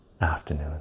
afternoon